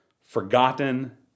forgotten